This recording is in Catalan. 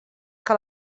que